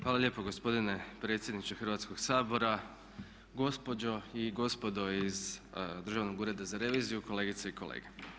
Hvala lijepo gospodine predsjedniče Hrvatskoga sabora, gospođo i gospodo iz Državnog ureda za reviziju, kolegice i kolege.